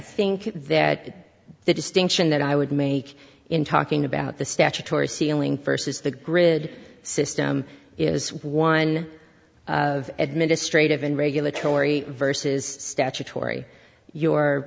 think that the distinction that i would make in talking about the statutory ceiling first is the grid system is one of administrative and regulatory verses statutory your